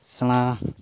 ᱥᱮᱬᱟ